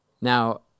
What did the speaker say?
Now